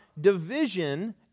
division